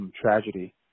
Tragedy